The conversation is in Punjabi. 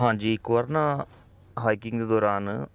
ਹਾਂਜੀ ਇੱਕ ਬਾਰ ਨਾ ਹਾਈਕਿੰਗ ਦੇ ਦੌਰਾਨ